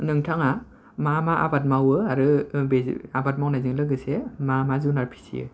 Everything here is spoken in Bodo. नोंथाङा मा मा आबाद मावो आरो बे आबाद मावनायजों लोगोसे मा जुनात फिसियो